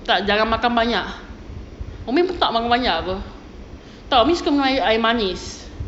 tak jangan makan banyak umi tak makan banyak [pe] tak umi suka minum air manis